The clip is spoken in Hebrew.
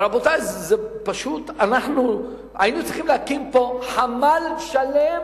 רבותי, אנחנו היינו צריכים להקים פה חמ"ל שלם,